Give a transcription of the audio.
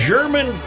German